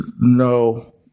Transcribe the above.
no